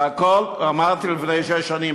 את הכול אמרתי לפני שש שנים.